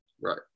Right